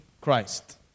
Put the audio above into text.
Christ